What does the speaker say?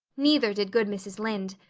neither did good mrs. lynde.